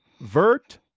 Vert